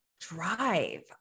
drive